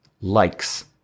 likes